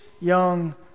young